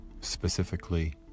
specifically